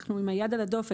ואנחנו עם היד על הדופק.